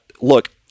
look